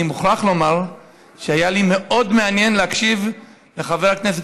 אני מוכרח לומר שהיה לי מאוד מעניין להקשיב לחבר הכנסת